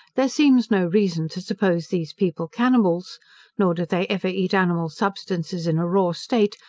there seems no reason to suppose these people cannibals nor do they ever eat animal substances in a raw state,